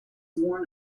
worn